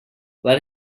let